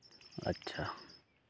ᱟᱪᱪᱷᱟ